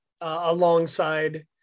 alongside